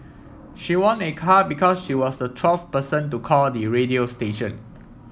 she won a car because she was the twelfth person to call the radio station